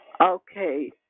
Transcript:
Okay